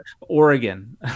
Oregon